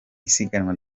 isiganwa